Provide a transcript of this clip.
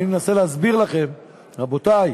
אני מנסה להסביר לכם: רבותי,